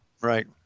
Right